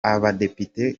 abadepite